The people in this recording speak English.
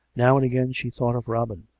now and again she thought of robin.